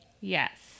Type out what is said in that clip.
yes